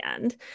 end